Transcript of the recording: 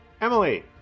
Emily